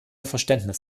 verständnis